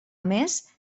més